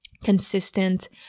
consistent